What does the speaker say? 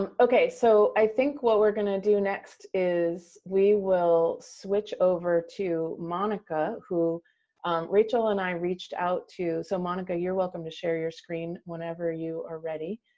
um okay, so i think what we're going to do next is we will switch over to monica, who rachel and i reached out to. so, monica you're welcome to share your screen whenever you are ready.